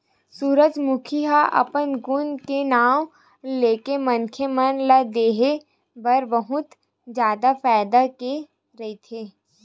सूरजमूखी ह अपन गुन के नांव लेके मनखे मन के देहे बर बहुत जादा फायदा के रहिथे